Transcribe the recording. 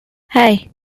hey